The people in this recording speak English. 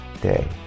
day